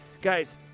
Guys